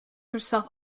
herself